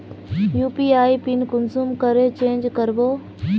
UPI pin कुंसम करे change करबो?